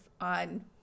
on